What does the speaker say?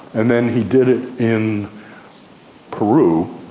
and then he did it in peru